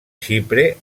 xipre